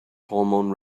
hormone